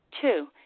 Two